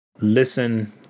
listen